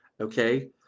Okay